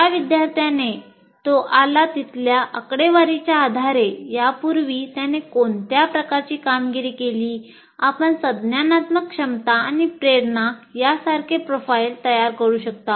ज्या विद्यार्थ्याने तो आला तिथल्या आकडेवारीच्या आधारे यापूर्वी त्याने कोणत्या प्रकारची कामगिरी केली आपण संज्ञानात्मक क्षमता आणि प्रेरणा यासारखे प्रोफाइल तयार करू शकता